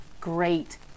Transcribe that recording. great